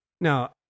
Now